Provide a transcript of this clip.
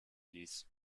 ließ